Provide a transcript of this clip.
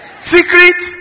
Secret